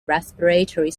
respiratory